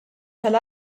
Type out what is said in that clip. tal